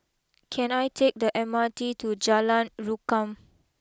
can I take the M R T to Jalan Rukam